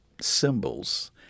symbols